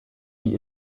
wie